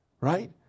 Right